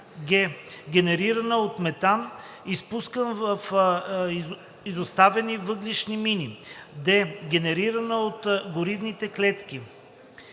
г) генерирана от метан, изпускан в изоставени въглищни мини; д) генерирана от горивните клетки.